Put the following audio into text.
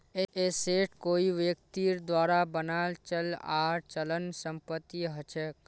asset कोई व्यक्तिर द्वारा बनाल चल आर अचल संपत्ति हछेक